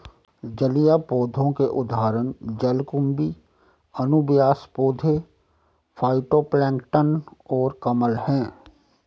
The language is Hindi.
जलीय पौधों के उदाहरण जलकुंभी, अनुबियास पौधे, फाइटोप्लैंक्टन और कमल हैं